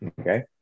Okay